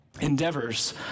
endeavors